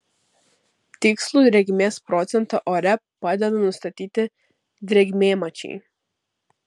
tikslų drėgmės procentą ore padeda nustatyti drėgmėmačiai